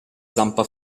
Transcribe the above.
zampa